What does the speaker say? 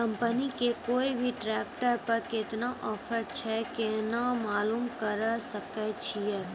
Company के कोय भी ट्रेक्टर पर केतना ऑफर छै केना मालूम करऽ सके छियै?